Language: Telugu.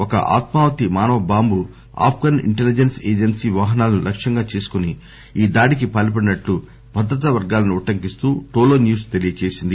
ఒక ఆత్మాహుతి మానవ బాంబు ఆఫ్ఘస్ ఇంటలిజెస్స్ ఎజెన్సీ వాహనాలను లక్ష్యంగా చేసుకుని ఈ దాడికి పాల్పడినట్లు భద్రతా వర్గాలను ఉటంకిస్తూ టోలో న్యూస్ తెలియజేసింది